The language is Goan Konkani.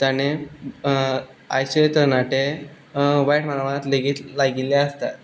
जाणें आयचे तरणाटे वायट मार्गांत लेगीत लागिल्ले आसतात